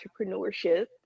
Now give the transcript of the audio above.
entrepreneurship